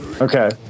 Okay